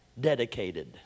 dedicated